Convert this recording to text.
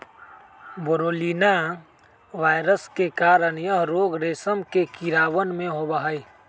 बोरोलीना virus के कारण यह रोग रेशम के कीड़वन में होबा हई